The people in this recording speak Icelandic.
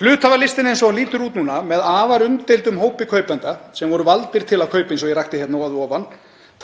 Hluthafalistinn eins og hann lítur út núna, með afar umdeildum hópi kaupenda sem voru valdir til að kaupa, eins og ég rakti hér á undan,